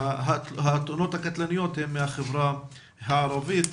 מהתאונות הקטלניות הן בחברה הערבית.